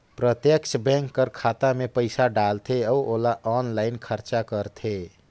प्रत्यक्छ बेंक कर खाता में पइसा डालथे अउ ओला आनलाईन खरचा करथे